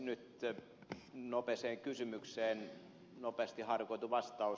nyt nopeaan kysymykseen nopeasti haarukoitu vastaus